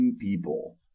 people